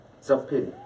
Self-pity